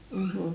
mmhmm